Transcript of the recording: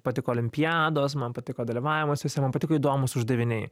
patiko olimpiados man patiko dalyvavimas jose man patiko įdomūs uždaviniai